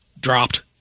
dropped